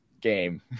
game